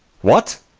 what,